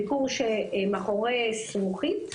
ביקור מאחורי זכוכית,